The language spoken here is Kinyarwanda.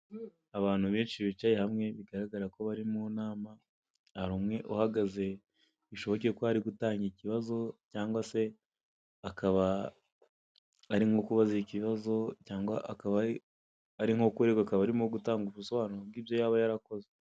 abantu benshi bicaye hamwe bigaragara ko bari munama harumwe uhagaze bishobokeye ko ari gutanga ikibazo cyangwa se akaba arimo kubaza ikibazo cyangwa akaba ari nko kuregwa akaba arimo gutanga ubusobanuro bwibyo yaba yarakoze.